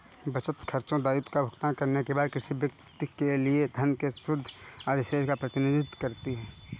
बचत, खर्चों, दायित्वों का भुगतान करने के बाद किसी व्यक्ति के लिए धन के शुद्ध अधिशेष का प्रतिनिधित्व करती है